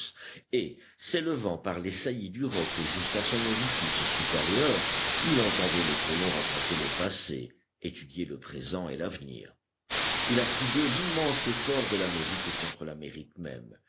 et s'élevant par les saillies du roc jusqu'à son orifice supérieur il entendait les colons raconter le passé étudier le présent et l'avenir il apprit d'eux l'immense effort de l'amérique contre l'amérique même